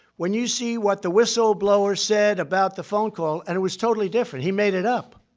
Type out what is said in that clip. when you see what the whistleblower said about the phone call, and it was totally different. he made it up.